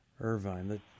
Irvine